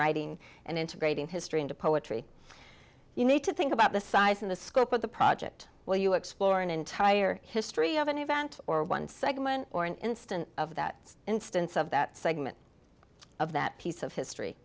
writing and integrating history into poetry you need to think about the size of the scope of the project while you explore an entire history of an event or one segment or an instance of that instance of that segment of that piece of history